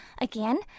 Again